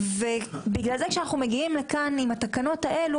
בגלל זה כשאנחנו מגיעים לכאן עם התקנות האלה,